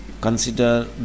consider